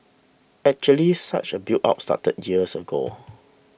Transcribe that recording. actually such a buildup started years ago